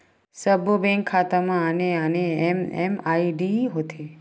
सब्बो बेंक खाता म आने आने एम.एम.आई.डी होथे